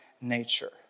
nature